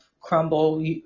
crumble